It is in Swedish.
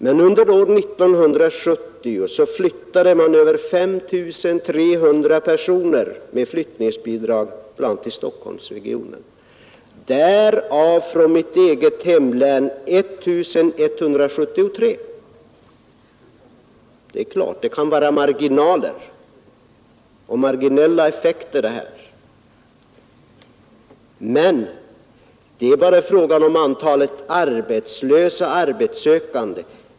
Men under år 1970 flyttade man över 5 300 personer med flyttningsbidrag, till Stockholmsregionen därav från mitt eget hemlän 1 173. Det är klart att detta kan vara marginella effekter sett ur utskottets synpunkter. Statistiken gäller i det här fallet enbart antalet arbetslösa som flyttat.